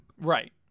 Right